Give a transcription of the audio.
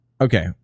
okay